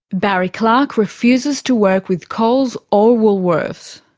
barry clarke refuses to work with coles or woolworths.